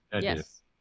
yes